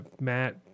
Matt